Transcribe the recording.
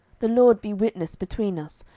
the lord be witness between us,